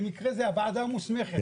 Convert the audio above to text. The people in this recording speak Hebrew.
במקרה זו הוועדה המוסמכת.